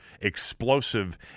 explosive